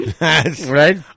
Right